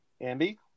Andy